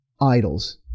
idols